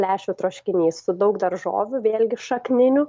lęšių troškinys su daug daržovių vėlgi šakninių